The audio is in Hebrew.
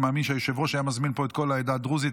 אני מאמין שהיושב-ראש היה מזמין לפה את כל העדה הדרוזית,